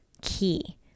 key